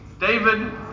David